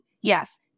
yes